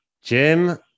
Jim